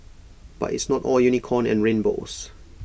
but it's not all unicorn and rainbows